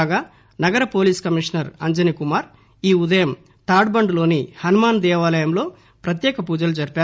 కాగా నగర police commissioner Anjanikumar ఈ ఉదయం తాడ్ బండ్ లోని హనుమాస్ దేవాలయం లో ప్రత్యేక పూజలు జరిపారు